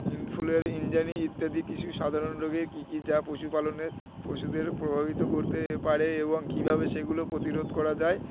ইনফ্লুয়ারি ইঞ্জানি ইত্যাদি কিছু সাধারণ রোগের কী কী যা পশুপালনের পশুদের প্রভাবিত করতে পারে এবং কীভাবে সেগুলো প্রতিরোধ করা যায়